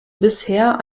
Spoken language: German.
bisher